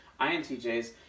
INTJs